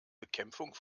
bekämpfung